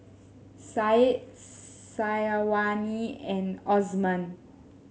Said Syazwani and Osman